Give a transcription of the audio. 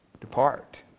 Depart